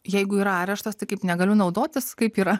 jeigu yra areštas tai kaip negaliu naudotis kaip yra